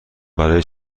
برای